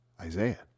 Isaiah